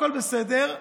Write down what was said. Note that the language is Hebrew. הכול בסדר,